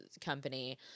company